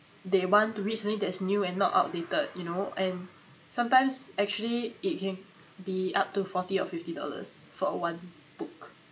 they want to read something that's new and not outdated you know and sometimes actually it can be up to forty or fifty dollars for one book